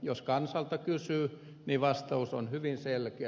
jos kansalta kysyy niin vastaus on hyvin selkeä